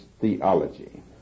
theology